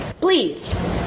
please